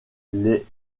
des